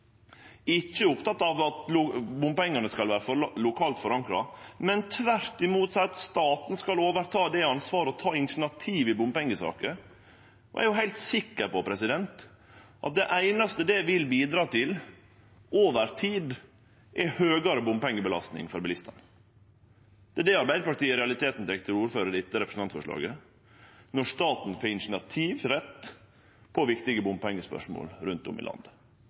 ikkje er oppteken av at bompengane skal vere lokalt forankra, men tvert imot seier at staten skal overta det ansvaret og ta initiativet i bompengesaker. Eg er heilt sikker på at det einaste det vil bidra til over tid, er høgare bompengebelastning for bilistane. Det er det Arbeidarpartiet i realiteten tek til orde for i dette representantforslaget – viss staten får initiativrett i viktige bompengespørsmål rundt om i landet.